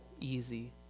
easy